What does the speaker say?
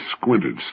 squinted